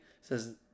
Says